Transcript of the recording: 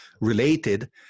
related